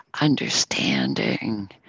understanding